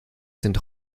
sind